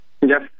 Yes